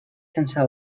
sense